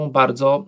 bardzo